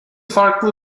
farklı